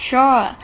Sure